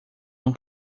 não